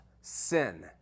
sin